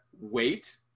wait